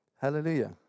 Hallelujah